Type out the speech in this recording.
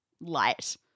light